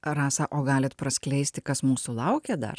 rasa o galit praskleist kas mūsų laukia dar